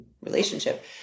relationship